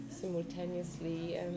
simultaneously